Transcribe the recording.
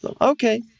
Okay